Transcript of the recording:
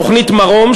תוכנית "מרום",